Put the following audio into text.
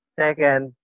second